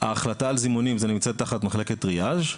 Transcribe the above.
ההחלטה על זימונים, זה נמצא תחת מחלקת טריאז',